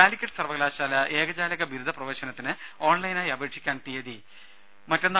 കാലിക്കറ്റ് സർവകലാശാല ഏകജാലക ബിരുദ പ്രവേശനത്തിന് ഓൺലൈനായി അപേക്ഷിക്കാൻ തീയതി നീട്ടി